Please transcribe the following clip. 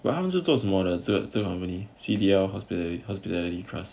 but 他们是做什么的这这个 company C_D_L hospitality trust